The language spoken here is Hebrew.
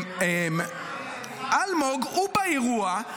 אלמוג הוא באירוע,